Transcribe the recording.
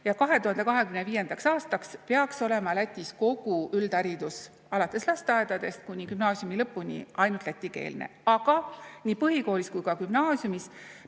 ja 2025. aastaks peaks olema Lätis kogu üldharidus alates lasteaedadest kuni gümnaasiumi lõpuni ainult lätikeelne. Aga nii põhikoolis kui ka gümnaasiumis